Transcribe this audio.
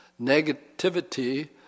negativity